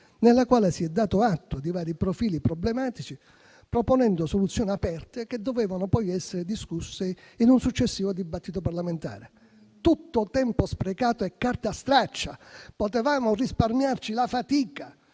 nella quale si è dato atto di vari profili problematici, proponendo soluzioni aperte, che avrebbero poi dovuto essere discusse in un successivo dibattito parlamentare. Tutto tempo sprecato e carta straccia: avremmo potuto risparmiarci la fatica,